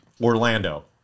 Orlando